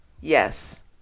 Yes